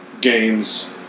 games